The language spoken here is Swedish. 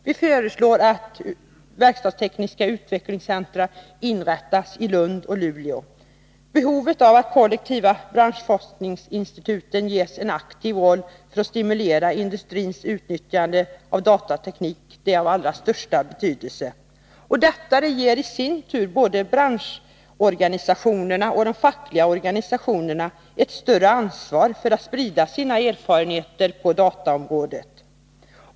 Vi föreslår att verkstadstekniska utvecklingscentra inrättas i Lund och i Luleå. Behovet av att de kollektiva branschforskningsinstituten ges en aktiv roll för att stimulera industrins utnyttjande av datateknik är av allra största betydelse. Detta ger i sin tur både branschorganisationer och fackliga organisationer ett större ansvar när det gäller att sprida sina erfarenheter på dataområdet.